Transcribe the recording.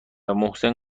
محسن